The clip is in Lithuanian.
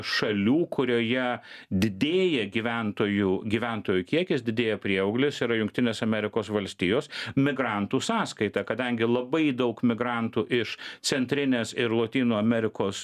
šalių kurioje didėja gyventojų gyventojų kiekis didėja prieauglis yra jungtinės amerikos valstijos migrantų sąskaita kadangi labai daug migrantų iš centrinės ir lotynų amerikos